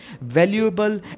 valuable